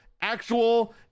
actual